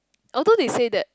although they say that